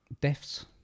Deaths